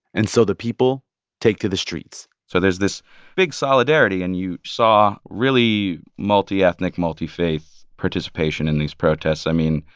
and so the people take to the streets so there's this big solidarity. and you saw really multi-ethnic, multi-faith participation in these protests. i mean,